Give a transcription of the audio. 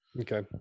okay